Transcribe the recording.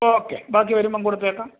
okay ബാക്കി വരുമ്പം കൊടുത്തേക്കാം